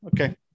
okay